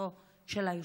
ברשותו של היושב-ראש.